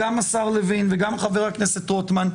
גם השר לוין וגם חבר הכנסת רוטמן,